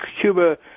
Cuba